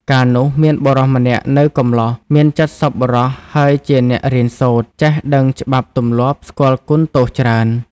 កាលនោះ មានបុរសម្នាក់ នៅកម្លោះ មានចិត្តសប្បុរសហើយជាអ្នករៀនសូត្រ ចេះដឹងច្បាប់ទម្លាប់ស្គាល់គុណទោសច្រើន។